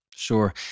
Sure